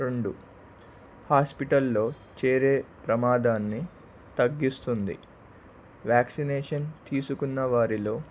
రెండు హాస్పిటల్లో చేరే ప్రమాదాన్ని తగ్గిస్తుంది వ్యాక్సినేషన్ తీసుకున్న వారిలో